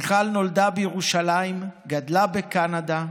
מיכל נולדה בירושלים, גדלה בקנדה,